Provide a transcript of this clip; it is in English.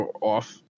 off